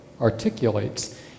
articulates